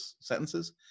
sentences